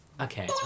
Okay